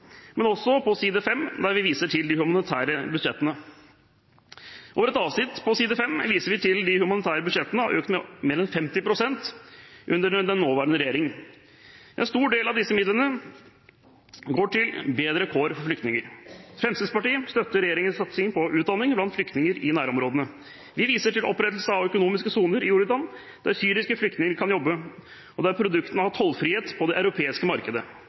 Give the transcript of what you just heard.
men også på side 5, der vi viser til de humanitære budsjettene. I et avsnitt på side 5 viser vi til at de humanitære budsjettene har økt med mer enn 50 pst. under den nåværende regjering. En stor del av disse midlene går til å bedre kårene for flyktninger. Fremskrittspartiet støtter regjeringens satsing på utdanning blant flyktninger i nærområdene. Vi viser til opprettelse av økonomiske soner i Jordan, der syriske flyktninger kan jobbe, og der produktene har tollfrihet på det europeiske markedet.